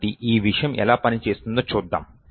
కాబట్టి ఈ విషయం ఎలా పనిచేస్తుందో చూద్దాం